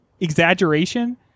exaggeration